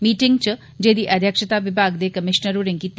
meeting च जेह्दी अध्यक्षता विमाग दे कमीशनर होरें कीती